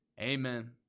amen